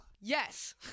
Yes